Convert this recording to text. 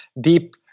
Deep